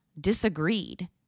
disagreed